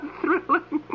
thrilling